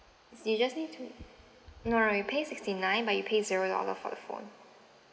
so you just need to no lah you pay sixty nine but you pay zero dollar for the phone